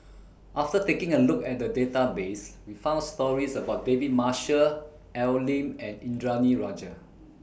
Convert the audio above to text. after taking A Look At The Database We found stories about David Marshall Al Lim and Indranee Rajah